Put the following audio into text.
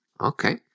okay